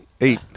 Eight